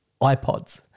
iPods